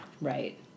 right